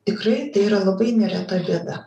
tikrai tai yra labai nereta bėda